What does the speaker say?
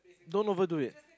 don't overdo it